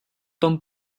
tom